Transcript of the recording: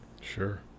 sure